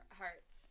hearts